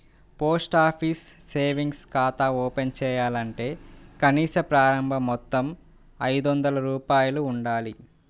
post office savings ఖాతా open చేయాలంటే కనీస ప్రారంభ మొత్తం ఐదొందల రూపాయలు ఉండాలి